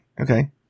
Okay